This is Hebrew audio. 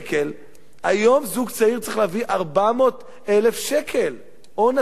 היום זוג צעיר צריך להביא 400,000 שקל הון עצמי,